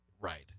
Right